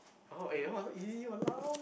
oh eh !walao! easy !walao!